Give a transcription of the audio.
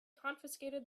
confiscated